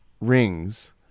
rings